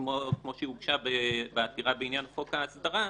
כמו שהוגשה בעתירה בעניין חוק ההסדרה,